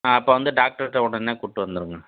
ஆ அப்போ வந்து டாக்டர் கிட்ட உடனே கூட்டி வந்துடுங்க